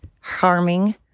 harming